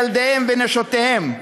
ילדיהם ונשותיהם,